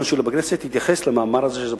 שלי בכנסת התייחס למאמר הזה של ז'בוטינסקי.